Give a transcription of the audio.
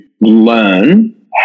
learn